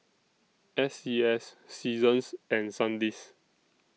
S C S Seasons and Sandisk